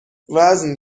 وزن